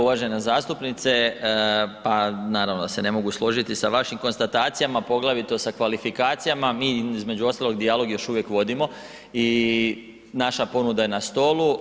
Uvažena zastupnice, pa naravno da se ne mogu složiti sa vašim konstatacijama poglavito sa kvalifikacijama, mi između ostalog dijalog još uvijek vodimo i naša ponuda je na stolu.